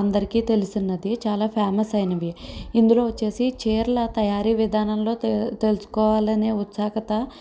అందరికి తెలుసున్నది చాలా ఫ్యామస్ అయినవి ఇందులో వచ్చేసి చీరల తయారీ విధానంలో తెలుసుకోవాలని ఉత్సాహకత